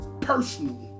personally